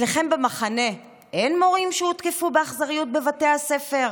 אצלכם במחנה אין מורים שהותקפו באכזריות בבתי הספר?